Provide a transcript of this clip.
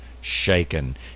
shaken